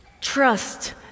Trust